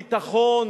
ביטחון,